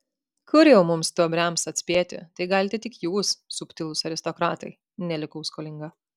kur jau mums stuobriams atspėti tai galite tik jūs subtilūs aristokratai nelikau skolinga